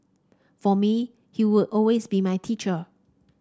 for me he would always be my teacher